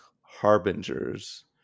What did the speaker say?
Harbingers